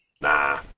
Nah